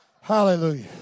Hallelujah